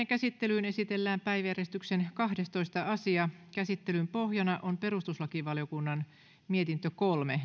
käsittelyyn esitellään päiväjärjestyksen kahdestoista asia käsittelyn pohjana on perustuslakivaliokunnan mietintö kolme